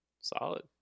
solid